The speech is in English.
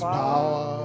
power